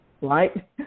right